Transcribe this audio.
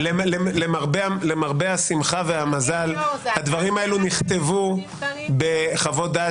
למרבה השמחה והמזל הדברים האלו נכתבו בחוות דעת